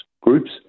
groups